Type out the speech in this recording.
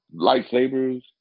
lightsabers